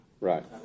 Right